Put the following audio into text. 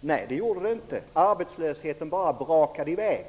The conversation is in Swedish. Nej, det gjorde det inte. Arbetslösheten bara brakade i väg.